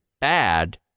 bad